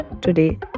Today